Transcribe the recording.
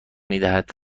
میدهد